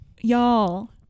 y'all